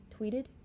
tweeted